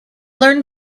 learn